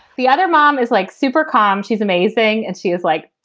the other mom is like super calm. she's amazing. and she is like,